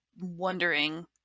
wondering